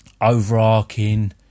overarching